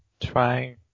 trying